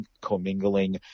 commingling